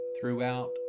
throughout